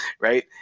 right